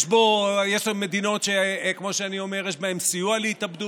יש מדינות שכמו שאני אומר יש בהן סיוע להתאבדות,